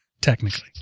technically